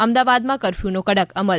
અમદાવાદમાં કરફ્યુનો કડક અમલ